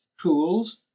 tools